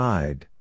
Side